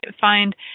find